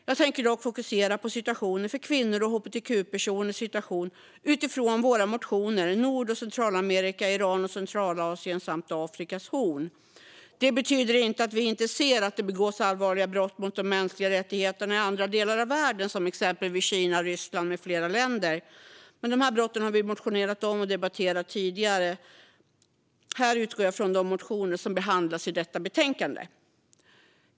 Jag tänker dock fokusera på situationen för kvinnors och hbtq-personers situation utifrån våra motioner om Nord och Centralamerika, Iran och Centralasien samt Afrikas horn. Det betyder inte att vi inte ser att det begås allvarliga brott mot de mänskliga rättigheterna i andra delar av världen, som exempelvis Kina, Ryssland med flera länder. Men dessa brott har vi motionerat om och debatterat tidigare. Här utgår jag från de motioner som behandlas i detta betänkande.